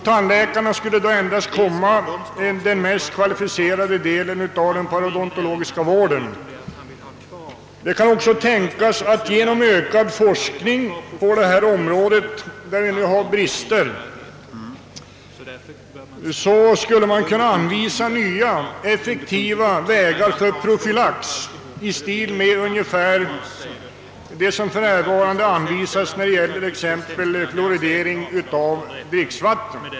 'Tandläkarna skulle då svara för den mest kvalificerade delen av den parodontologiska vården. Det kan vidare tänkas att ge nom ökad forskning på detta område, där vi nu har brister, nya effektiva vägar för profylax kan anvisas, t.ex. i stil med fluoridering av dricksvatten.